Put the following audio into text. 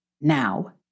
Now